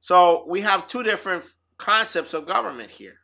so we have two different concepts of government here